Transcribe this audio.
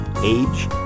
age